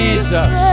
Jesus